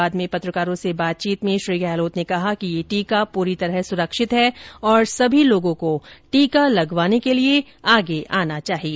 बाद में पत्रकारों से बातचीत में श्री गहलोत ने कहा कि यह टीका पूरी तरह सुरक्षित है और सभी लोगों को टीका लगवाने के लिए आगे आना चाहिए